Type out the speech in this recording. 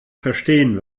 verstehen